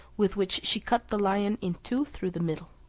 with which she cut the lion in two through the middle.